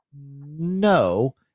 No